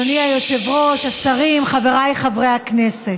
השרים, חבריי חברי הכנסת,